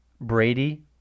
Brady